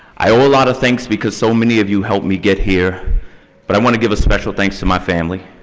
i owe a lot of thanks because so many of you helped me get here but i want to give a special thanks to my family,